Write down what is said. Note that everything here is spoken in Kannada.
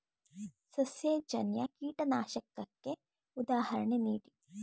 ಸಸ್ಯಜನ್ಯ ಕೀಟನಾಶಕಕ್ಕೆ ಉದಾಹರಣೆ ನೀಡಿ?